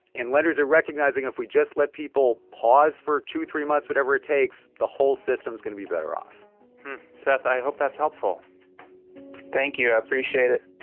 and lenders are recognizing if we just let people pause for two, three months, whatever it takes, the whole system's going to be better off seth, i hope that's helpful thank you. i appreciate it